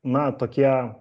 na tokie